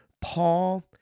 Paul